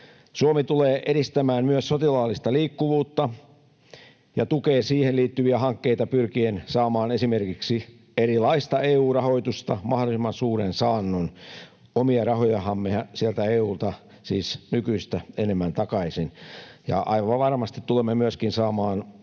Suomi tulee edistämään myös sotilaallista liikkuvuutta ja tukee siihen liittyviä hankkeita pyrkien saamaan esimerkiksi erilaista EU-rahoitusta mahdollisimman suuren saannon — omia rahojahan me sieltä EU:lta saamme takaisin, siis nykyistä enemmän —, ja aivan varmasti tulemme saamaan